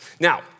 Now